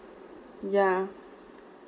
yeah